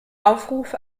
aufruf